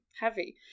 heavy